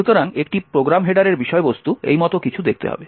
সুতরাং একটি প্রোগ্রাম হেডারের বিষয়বস্তু এই মত কিছু দেখতে হবে